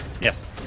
Yes